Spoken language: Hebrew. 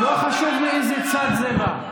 לא חשוב מאיזה צד זה בא.